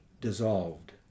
dissolved